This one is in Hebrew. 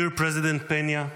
Dear President Peña,